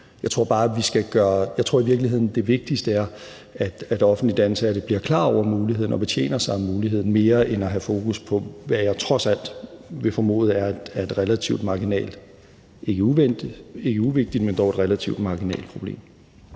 Jeg tror i virkeligheden bare, det vigtigste er, at offentligt ansatte bliver klar over muligheden, og at de betjener sig af muligheden. Det er mere vigtigt end at have fokus på noget, som jeg trods alt vil formode er et ikke uvigtigt, men dog et relativt marginalt problem.